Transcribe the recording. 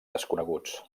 desconeguts